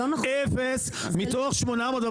אפס מתוך 814,